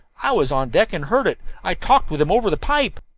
i was on deck and heard it. i talked with him over the pipe.